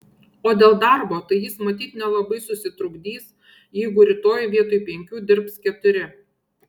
o dėl darbo tai jis matyt nelabai susitrukdys jeigu rytoj vietoj penkių dirbs keturi